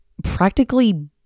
practically